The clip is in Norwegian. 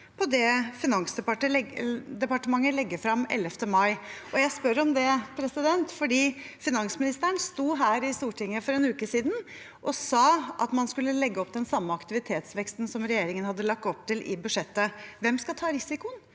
på det Finansdepartementet legger frem 11. mai? Jeg spør om det fordi finansministeren sto her i Stortinget for en uke siden og sa at man skulle legge opp til den samme aktivitetsveksten som regjeringen hadde lagt opp til i budsjettet. Hvem skal ta risikoen